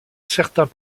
certains